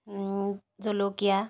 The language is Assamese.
জলকীয়া